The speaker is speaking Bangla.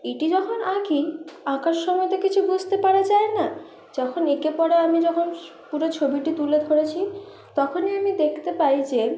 এটি যখন আঁকি আঁকার সময় তো কিছু বুঝতে পারা যায় না যখন এঁকে পড়ে যখন আমি পুরো ছবিটি তুলে ধরেছি তখনই আমি দেখতে পাই যে